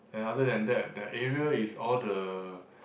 and other than that that area is all the